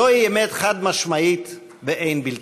זוהי אמת חד-משמעית ואין בלתה.